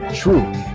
truth